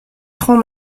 franc